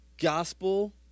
gospel